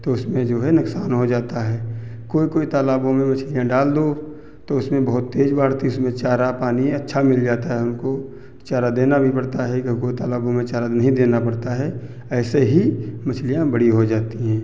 तो उसमें जो है नुक्सान हो जाता है कोई कोई तालाबों में मछलियाँ डाल दो तो उसमें बहुत तेज़ बढ़ती उसमें चारा पानी अच्छा मिल जाता है उनको तो चारा देना भी पड़ता है कोई तालाबों में चारा नहीं देना पड़ता है ऐसे ही मछलियाँ बड़ी हो जाती हैं